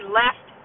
left